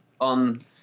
on